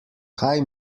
kaj